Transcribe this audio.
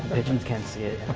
pigeons can see it,